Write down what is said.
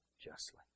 justly